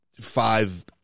five